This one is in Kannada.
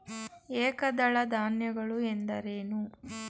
ಏಕದಳ ಧಾನ್ಯಗಳು ಎಂದರೇನು?